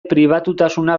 pribatutasuna